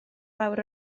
lawr